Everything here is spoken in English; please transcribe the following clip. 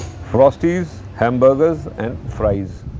frostys, hamburgers, and fries.